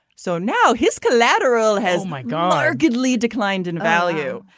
so now his collateral has my guy. gidley declined in value.